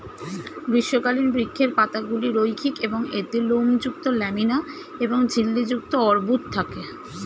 গ্রীষ্মকালীন বৃক্ষের পাতাগুলি রৈখিক এবং এতে লোমযুক্ত ল্যামিনা এবং ঝিল্লি যুক্ত অর্বুদ থাকে